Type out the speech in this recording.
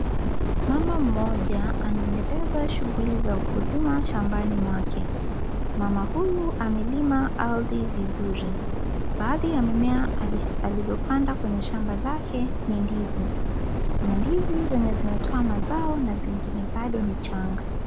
Mama mmoja anaendeleza shughuli za ukulima shambani mwake, mama huyu amelima ardhi vizuri . Baadhi ya mimea alizopanda kwenye shamba lake ni ndizi kuna ndizi zenye zinatoa mazao na zingine bado ni changa.